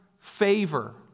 favor